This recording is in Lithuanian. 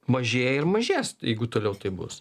mažėja ir mažės jeigu toliau taip bus